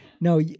No